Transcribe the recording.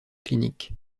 clinique